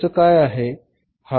खर्च काय आहे